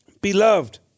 Beloved